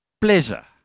pleasure